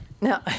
No